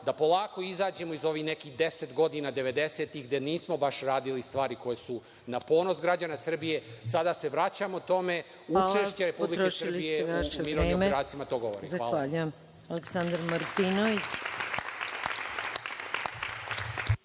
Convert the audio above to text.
da polako izađemo iz ovih nekih deset godina devedesetih, gde nismo baš radili stvari koje su na ponos građana Srbije. Sada se vraćamo tome. Učešće Srbije u mirovnim operacijama to govori. Hvala.